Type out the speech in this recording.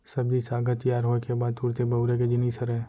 सब्जी साग ह तियार होए के बाद तुरते बउरे के जिनिस हरय